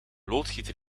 loodgieter